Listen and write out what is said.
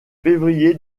février